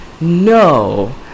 No